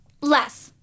less